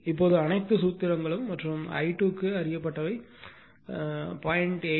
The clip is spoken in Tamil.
இப்போது அனைத்து சூத்திரங்களும் மற்றும் I2 க்கு அறியப்பட்டவை 0